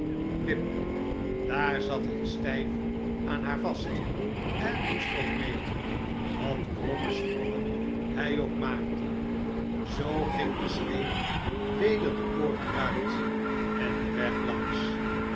wip daar zat hij stijf aan haar vast en moest ook meê wat kromme sprongen hij ook maakte zoo ging de sleep weder de poort uit en den weg langs